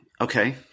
Okay